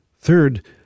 Third